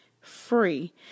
free